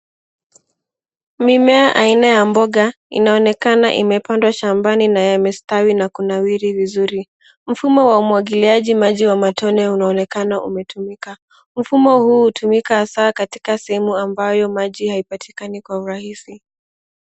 Mimea aina ya mboga inaonekana imepandwa shambani yanastawi na kunawiri vizuri. Mfumo wa umwagiliaji maji wa matone unaonekana umetumika. Mfumo huu hutumika hasa katika sehemu ambayo maji haipatikani kwa urahisi.